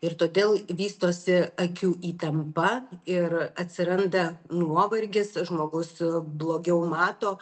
ir todėl vystosi akių įtampa ir atsiranda nuovargis žmogus blogiau mato